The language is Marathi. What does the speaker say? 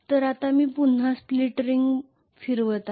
तर आता मी पुन्हा स्प्लिट रिंग फिरवत आहे